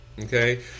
okay